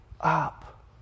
up